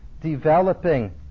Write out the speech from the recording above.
developing